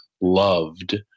loved